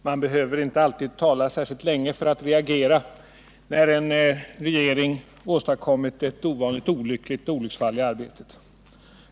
Herr talman! Man behöver inte alltid tala särskilt länge för att reagera när en regering åstadkommit ett ovanligt olyckligt missöde i arbetet.